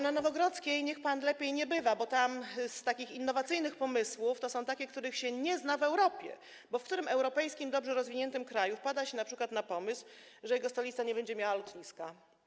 Na Nowogrodzkiej niech pan lepiej nie bywa, bo tam z takich innowacyjnych pomysłów to są takie, których się nie zna w Europie, bo w którym europejskim, dobrze rozwiniętym kraju wpada się na pomysł, żeby stolica nie miała lotniska?